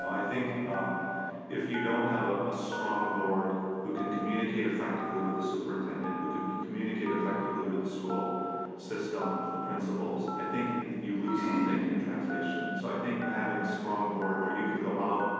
i think if you don't have ah a strong board who can communicate effectively with the superintendent, who could communicate effectively with the school systems, the principals, i think you lose something in translation. so i think but having a strong board where you can go out,